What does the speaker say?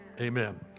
amen